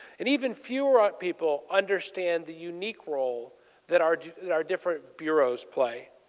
and even fewer ah people understand the unique role that our that our different bureaus play.